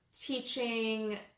teaching